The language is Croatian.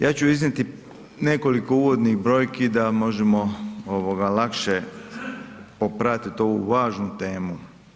Ja ću iznijeti nekoliko uvodnih brojki da možemo lakše popratiti ovu važnu temu.